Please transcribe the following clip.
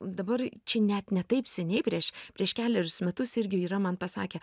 dabar čia net ne taip seniai prieš prieš kelerius metus irgi yra man pasakę